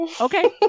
Okay